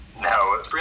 No